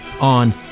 on